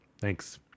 Thanks